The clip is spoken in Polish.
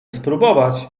spróbować